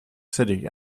city